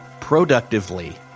productively